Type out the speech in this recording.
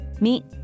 Meet